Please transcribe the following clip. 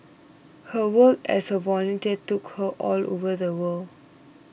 her work as a volunteer took her all over the world